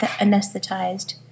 anesthetized